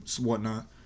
whatnot